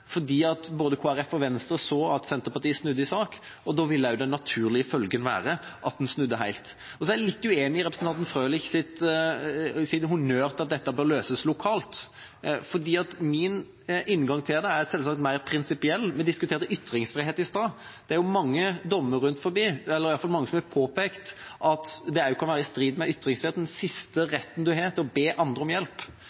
både Kristelig Folkeparti og Venstre så at Senterpartiet snudde i sak, og da ville også den naturlige følgen være at en snudde helt. Jeg er også litt uenig i representanten Frølichs honnør til at dette bør løses lokalt. Min inngang til det er selvsagt mer prinsipiell. Vi diskuterte ytringsfrihet i stad, og det er mange som har påpekt at dette også kan være i strid med ytringsfriheten og den siste retten en har; å be andre om hjelp.